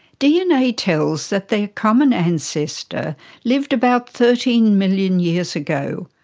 dna tells that their common ancestor lived about thirteen million years ago.